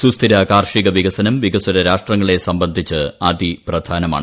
സുസ്ഥിര കാർഷിക വികസനം വികസ്വര രാഷ്ട്രങ്ങളെ സംബന്ധിച്ച് അതിപ്രധാനമാണ്